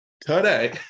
today